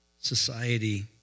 society